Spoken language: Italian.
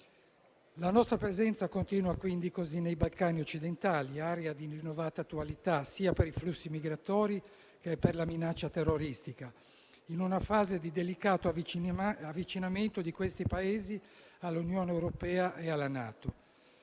La nostra presenza continua così nei Balcani occidentali, area di rinnovata attualità sia per i flussi migratori che per la minaccia terroristica, in una fase di delicato avvicinamento di questi Paesi all'Unione europea e alla NATO.